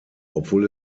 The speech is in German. obwohl